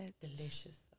delicious